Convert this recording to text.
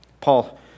Paul